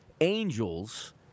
Angels